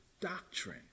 doctrine